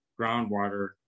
groundwater